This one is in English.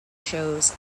shows